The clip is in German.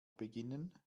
beginnen